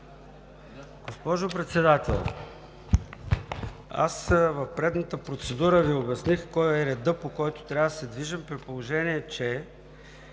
Госпожо Председател, аз в предната процедура Ви обясних кой е редът, по който трябва да се движим, при положение че